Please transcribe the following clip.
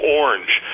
orange